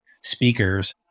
speakers